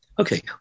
Okay